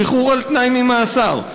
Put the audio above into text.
שחרור על-תנאי ממאסר,